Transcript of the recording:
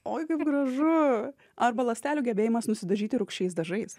oi kaip gražu arba ląstelių gebėjimas nusidažyti rūgščiais dažais